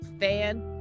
fan